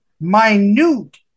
minute